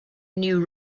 new